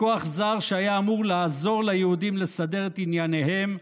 מכוח זר שהיה אמור לעזור ליהודים לסדר את ענייניהם,